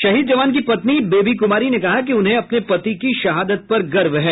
शहीद जवान की पत्नी बेबी कुमारी ने कहा कि उन्हें अपने पति की शहादत पर गर्व है